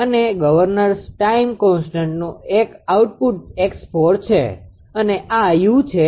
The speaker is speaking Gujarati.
અને ગવર્નર ટાઇમ કોન્સ્ટન્ટનુ એક આઉટપુટ 𝑥4 છે અને આ u છે